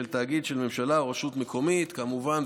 של תאגיד שהממשלה או רשות מקומית" כמובן.